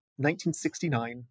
1969